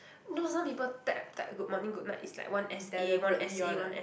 no some people type type good morning goodnight it's like one essay one essay one es~